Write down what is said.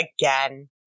again